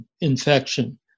infection